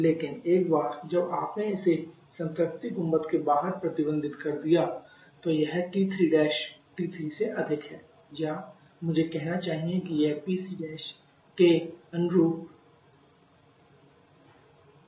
लेकिन एक बार जब आप इसे संतृप्ति गुंबद के बाहर प्रतिबंधित कर देते है तो यह T3 T3 से अधिक है या मुझे यह कहना चाहिए कि यह PC के अनुरूप Tsat से अधिक है